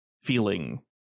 feeling